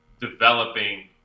developing